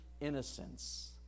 innocence